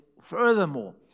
furthermore